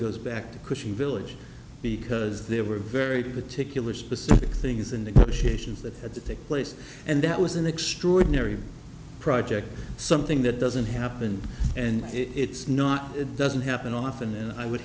goes back to cushing village because they were very particular which specific thing is in the kitchens that had to take place and that was an extraordinary project something that doesn't happen and i do it's not it doesn't happen often and i would